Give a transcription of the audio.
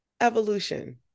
evolution